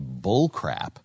bullcrap